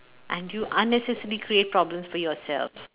and you unnecessarily create problems for yourself